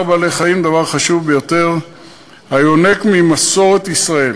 בעלי-חיים דבר חשוב ביותר היונק ממסורת ישראל,